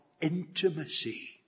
intimacy